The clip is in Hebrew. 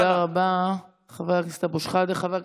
תודה רבה, חבר הכנסת אבו שחאדה.